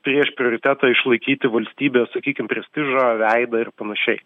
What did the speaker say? prieš prioritetą išlaikyti valstybės sakykim prestižą veidą ir panašiai